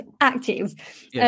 active